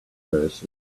person